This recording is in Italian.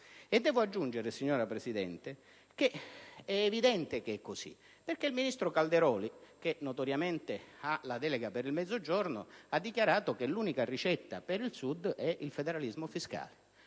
Devo aggiungere, signora Presidente, che è evidente che sia così perché il ministro Calderoli, che notoriamente ha la delega sul Mezzogiorno, ha dichiarato che l'unica ricetta per il Sud è il federalismo fiscale.